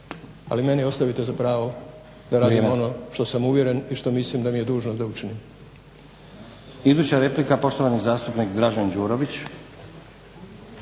Ali meni ostavite za pravo da radim ono što sam uvjeren i što mislim da mi je dužnost da učinim.